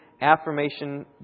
affirmation